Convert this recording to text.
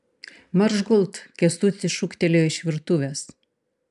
marš gult kęstutis šūktelėjo iš virtuvės